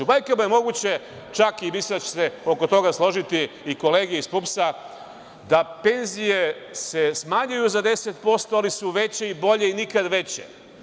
U bajkama je moguće, čak i vi ćete se oko toga složiti, i kolege iz PUPS da penzije se smanjuju za 10%, ali su veće i bolje i nikad veće.